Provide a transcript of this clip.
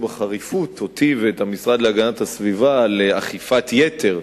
בחריפות אותי ואת המשרד להגנת הסביבה על אכיפת יתר,